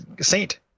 saint